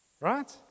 Right